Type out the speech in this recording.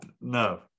no